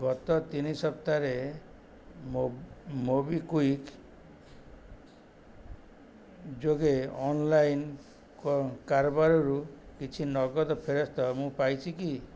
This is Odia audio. ଗତ ତିନି ସପ୍ତାହରେ ମୋବିକ୍ଵିକ୍ ଯୋଗେ ଅନଲାଇନ୍ କାରବାରରୁ କିଛି ନଗଦ ଫେରସ୍ତ ମୁଁ ପାଇଛି କି